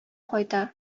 кайта